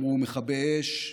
אמרו שמכבי אש,